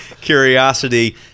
curiosity